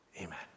Amen